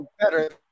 better